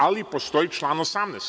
Ali, postoji član 18.